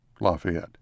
Lafayette